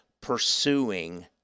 pursuing